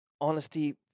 Honesty